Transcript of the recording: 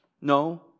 No